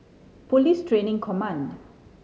Police Training Command